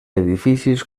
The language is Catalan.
edificis